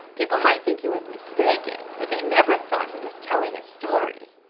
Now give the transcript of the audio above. people might think he was mistaken, but they never thought he was telling a story.